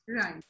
Right